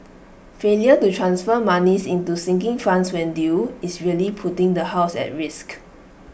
failure to transfer monies to sinking funds when due is really putting the house at risk